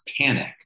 panic